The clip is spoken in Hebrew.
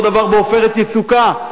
אותו הדבר ב"עופרת יצוקה",